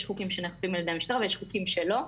יש חוקים שנאכפים על ידי המשטרה ויש חוקים שלא.